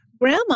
grandma